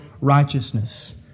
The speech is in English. righteousness